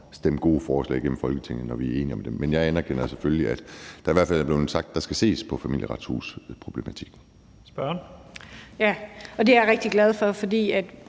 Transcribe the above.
stemme gode forslag igennem Folketinget, når vi er enige om dem. Men jeg anerkender selvfølgelig, at der i hvert fald er blevet sagt, at der skal ses på Familieretshusproblematikken. Kl. 11:32 Første næstformand